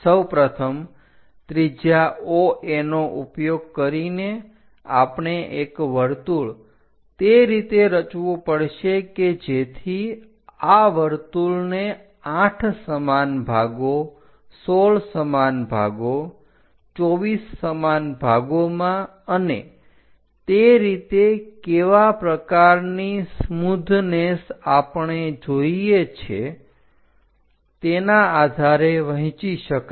સૌપ્રથમ ત્રિજ્યા OA નો ઉપયોગ કરીને આપણે એક વર્તુળ તે રીતે રચવું પડશે કે જેથી આ વર્તુળને 8 સમાન ભાગો 16 સામન ભાગો 24 સમાન ભાગોમાં અને તે રીતે કેવા પ્રકારની સ્મૂથનેસ આપણે જોઈએ છીએ તેના આધારે વહેંચી શકાય